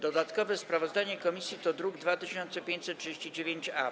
Dodatkowe sprawozdanie komisji to druk nr 2539-A.